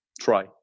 try